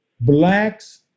Blacks